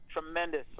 tremendous